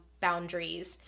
boundaries